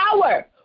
power